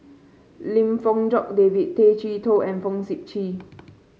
Lim Fong Jock David Tay Chee Toh and Fong Sip Chee